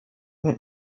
mit